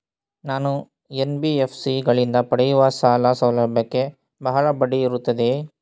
ನಾನು ಎನ್.ಬಿ.ಎಫ್.ಸಿ ಗಳಿಂದ ಪಡೆಯುವ ಸಾಲ ಸೌಲಭ್ಯಕ್ಕೆ ಬಹಳ ಬಡ್ಡಿ ಇರುತ್ತದೆಯೇ?